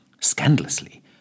scandalously